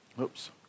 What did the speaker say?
Oops